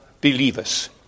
believers